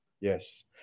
Yes